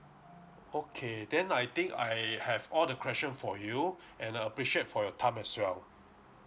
okay then I think I have all the question for you and uh appreciate for your time as well